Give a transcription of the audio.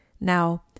Now